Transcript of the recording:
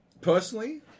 personally